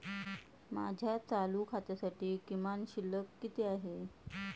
माझ्या चालू खात्यासाठी किमान शिल्लक किती आहे?